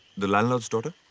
the landlord's daughter?